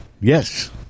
yes